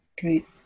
Great